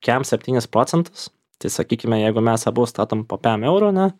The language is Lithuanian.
kem septynis procentus tai sakykime jeigu mes abu statom po pem eurui ane